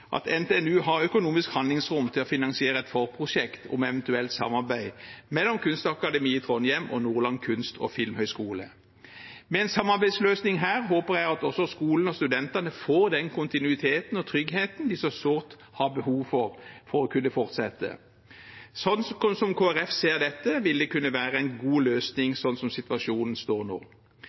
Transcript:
at NTNU har økonomisk handlingsrom til å finansiere et forprosjekt om eventuelt samarbeid mellom Kunstakademiet i Trondheim og Nordland kunst- og filmhøgskole. Med en samarbeidsløsning her håper jeg at skolen og studentene får den kontinuiteten og tryggheten de så sårt har behov for for å kunne fortsette. Slik Kristelig Folkeparti ser dette, vil det kunne være en god løsning slik situasjonen står nå.